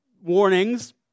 warnings